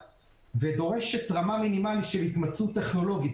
ודורשת רמה מינימלית של התמצאות טכנולוגית.